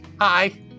hi